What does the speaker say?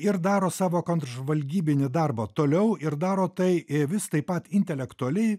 ir daro savo kontržvalgybinį darbą toliau ir daro tai vis taip pat intelektualiai